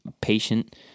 patient